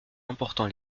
emportant